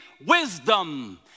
wisdom